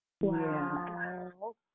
Wow